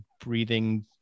breathing